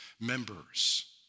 members